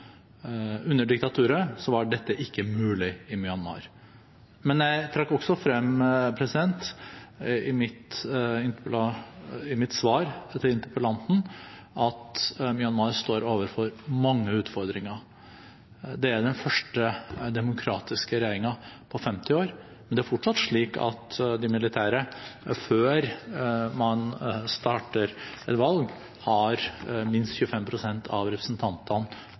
Under diktaturet var dette ikke mulig i Myanmar. Men jeg trakk også frem i mitt svar til interpellanten at Myanmar står overfor mange utfordringer. Det er den første demokratiske regjeringen på 50 år, og det er fortsatt slik at de militære, før man starter et valg, har minst 25 pst. av representantene